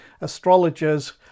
Astrologers